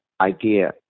idea